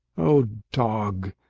oh dog,